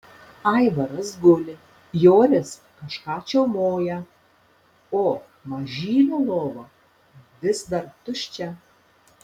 aivaras guli joris kažką čiaumoja o mažylio lova vis dar tuščia